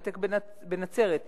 הסינמטק בנצרת,